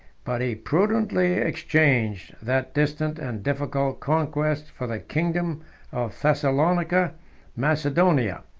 but he prudently exchanged that distant and difficult conquest for the kingdom of thessalonica macedonia,